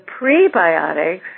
prebiotics